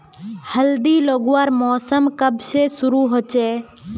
हल्दी लगवार मौसम कब से शुरू होचए?